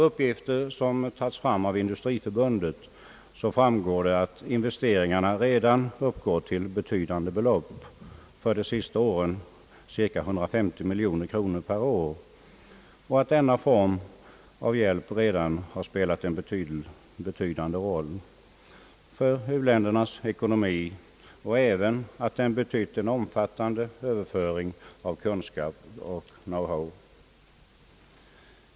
Uppgifter som tagits fram av Industriförbundet visar att investeringarna redan uppgår till betydande belopp, för de senaste åren cirka 150 miljoner kronor per år, att denna form av hjälp redan har spelat en betydande roll för u-ländernas ekonomi och även att den inneburit en omfattande överföring av kunskap och know-how.